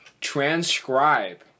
transcribe